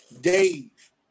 Dave